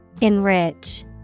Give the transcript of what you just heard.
Enrich